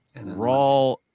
raw